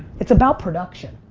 it's about production,